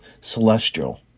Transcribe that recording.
Celestial